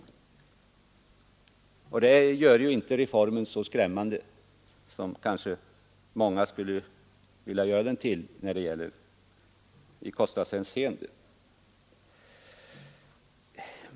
Detta visar att reformen inte är så skrämmande som kanske många skulle vilja göra den till i kostnadshänseende.